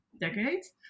Decades